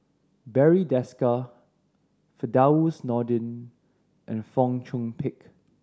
Barry Desker Firdaus Nordin and Fong Chong Pik